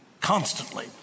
constantly